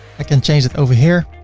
i can change it over here,